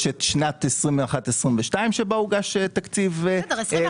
ויש את שנת 2021 ו-2022 שבה הוגש תקציב --- בסדר.